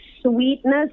sweetness